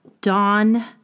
Dawn